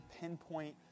pinpoint